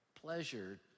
pleasure